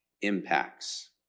impacts